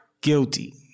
guilty